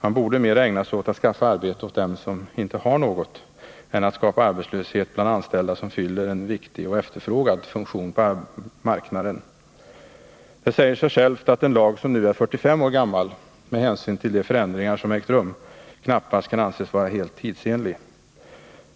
AMS borde mera ägna sig åt att skaffa arbete åt dem som inte har något än att skapa arbetslöshet bland anställda som fyller en viktig och efterfrågad funktion på marknaden. Det säger sig självt att en lag som nu är 45 år gammal knappast kan anses vara — med hänsyn till de förändringar som ägt rum — helt tidsenlig.